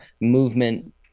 movement